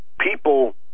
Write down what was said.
people